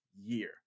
year